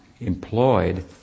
employed